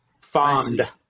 Fond